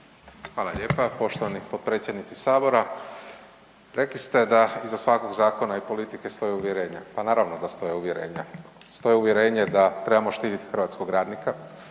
Hvala lijepa, poštovani potpredsjednici Sabora. Rekli ste da iza svakog zakona i politike stoji uvjerenje, pa naravno da stoji uvjerenje, stoji uvjerenje da trebamo štititi hrvatskog radnika,